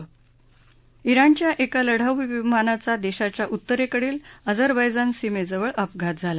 जिणच्या एका लढाऊ विमानाचा देशाच्या उत्तरेकडील अझरबैजान सीमेजवळ अपघात झाला